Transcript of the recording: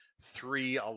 three